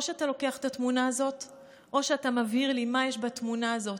או שאתה לוקח את התמונה הזאת או שאתה מבהיר לי מה יש בתמונה הזאת.